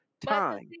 time